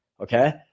okay